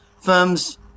firms